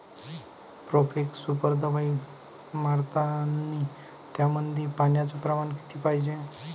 Profex super दवाई मारतानी त्यामंदी पान्याचं प्रमाण किती पायजे?